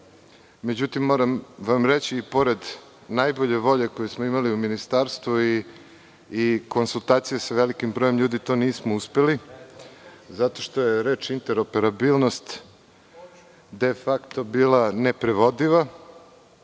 Međutim, moram vam reći i pored najbolje volje koju smo imali u ministarstvu i konsultacije sa velikim brojem ljudi to nismo uspeli, zato što je reč - interoperabilnost de fakto bila neprevodiva